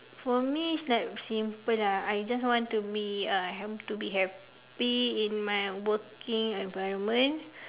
uh for me is like simple lah I just want to be uh have to be happy in my working environment